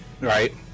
Right